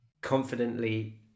Confidently